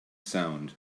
sound